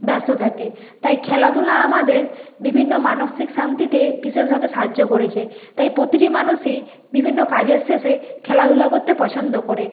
ব্যস্ত থাকে তাই খেলাধুলা আমাদের বিভিন্ন মানসিক শান্তিতে বিশেষভাবে সাহায্য করেছে তাই প্রতিটি মানুষই বিভিন্ন কাজের শেষে খেলাধুলা করতে পছন্দ করে